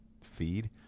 feed